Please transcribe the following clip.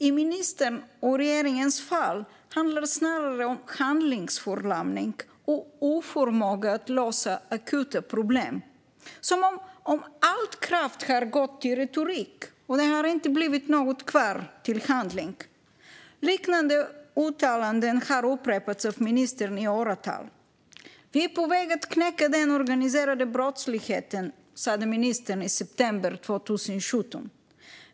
I ministerns och regeringens fall handlar det snarare om handlingsförlamning och oförmåga att lösa akuta problem. Det är som att all kraft har gått åt till retorik och det inte har blivit något kvar till handling. Liknande uttalanden har upprepats av ministern i åratal. Vi är på väg att knäcka den organiserade brottsligheten, sa ministern i september 2017.